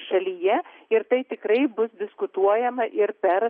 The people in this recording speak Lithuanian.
šalyje ir tai tikrai bus diskutuojama ir per